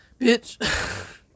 Bitch